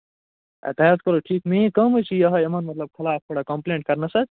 تُہۍ حظ کٔروٕ ٹھیٖک مین کٲم حظ چھِ یِہٕے یِمن مطلب تھوڑا کمپٕلینٛڈ کَرنس حظ